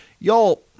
Y'all